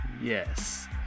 yes